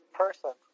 person